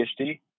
PhD